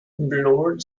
bloor